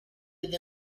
with